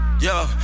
Yo